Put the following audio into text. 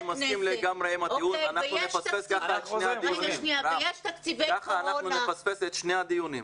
אני לגמרי מסכים עם הטיעון אבל כך נפספס את שני הדיונים.